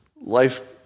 life